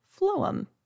phloem